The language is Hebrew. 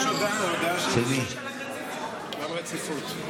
יש הודעה, הודעה שלי, על הרציפות.